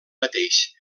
mateix